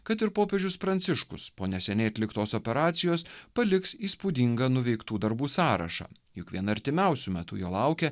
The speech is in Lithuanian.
kad ir popiežius pranciškus po neseniai atliktos operacijos paliks įspūdingą nuveiktų darbų sąrašą juk vien artimiausiu metu jo laukia